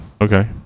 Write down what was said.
okay